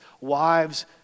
wives